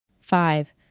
Five